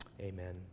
amen